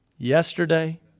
Yesterday